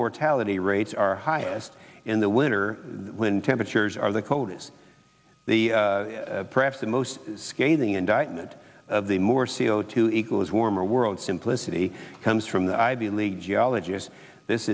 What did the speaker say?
mortality rates are highest in the winter when temperatures are the coldest the perhaps the most scathing indictment the more c o two equals warmer world simplicity comes from the ivy league geologist this